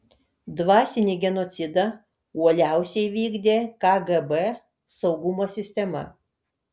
dvasinį genocidą uoliausiai vykdė kgb saugumo sistema